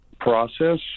process